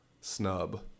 snub